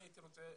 אני הייתי רוצה